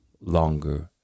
longer